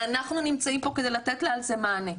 ואנחנו נמצאים פה כדי לתת לה על זה מענה.